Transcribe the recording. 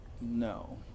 No